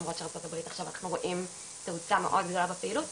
למרות שבארצות הברית עכשיו אנחנו רואים תאוצה מאוד גבוהה בפעילות.